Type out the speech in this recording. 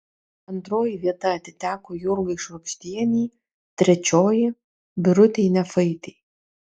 antroji vieta atiteko jurgai švagždienei trečioji birutei nefaitei